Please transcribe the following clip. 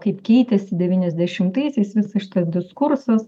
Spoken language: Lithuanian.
kaip keitėsi devyniasdešimtaisiais visas šitas diskursas